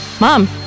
mom